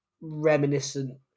reminiscent